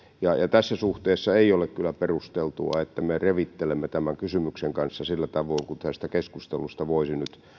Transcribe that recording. tässä suhteessa ei ole kyllä perusteltua että me revittelemme tämän kysymyksen kanssa sillä tavoin kuin tästä keskustelusta voisi nyt